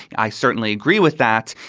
i certainly agree with that.